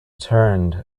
turned